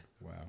Wow